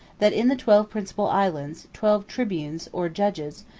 that, in the twelve principal islands, twelve tribunes, or judges,